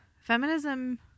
feminism